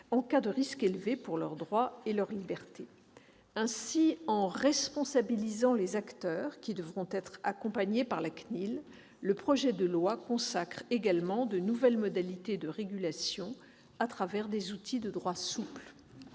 en cas de risque élevé pour leurs droits et libertés. En responsabilisant les acteurs, qui devront être accompagnés par la CNIL, le projet de loi consacre également de nouvelles modalités de régulation, à travers des outils de droit souple.